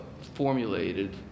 formulated